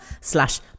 slash